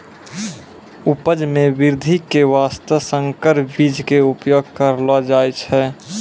उपज मॅ वृद्धि के वास्तॅ संकर बीज के उपयोग करलो जाय छै